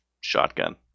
shotgun